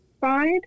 side